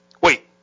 Wait